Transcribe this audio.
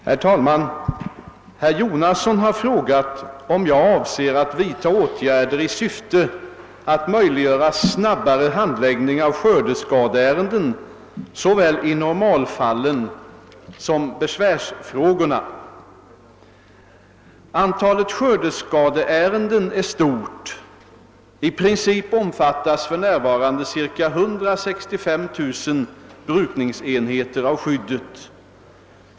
Herr talman! Herr Jonasson har frågat om jag avser att »vidta åtgärder i syfte att möjliggöra snabbare handläggning av skördeskadeärenden såväl i normalfalien som besvärsfrågorna«. Antalet skördeskadeärenden är stort. I princip omfattas för närvarande ca 165 000 bruksenheter av skyddet.